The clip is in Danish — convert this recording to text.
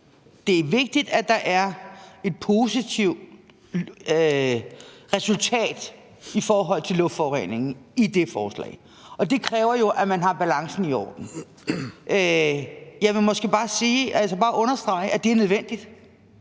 det er vigtigt, at der er et positivt resultat i forhold til luftforureningen i det forslag, og det kræver jo, at man har balancen i orden. Jeg vil måske bare understrege det ved at